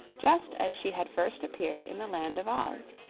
just as she had first appeared in the land of oz.